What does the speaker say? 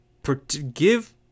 Give